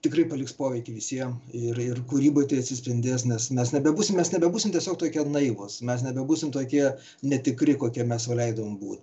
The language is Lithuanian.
tikrai paliks poveikį visiem ir ir kūryboj tai atsispindės nes mes nebebūsim mes nebebūsim tiesiog tokie naivūs mes nebebūsim tokie netikri kokiem mes sau leidom būt